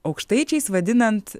aukštaičiais vadinant